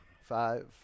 five